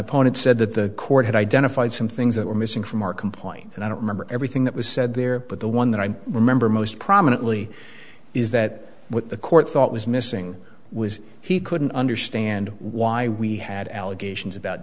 opponent said that the court had identified some things that were missing from our complaint and i don't remember everything that was said there but the one that i remember most prominently is that what the court thought was missing was he couldn't understand why we had allegations about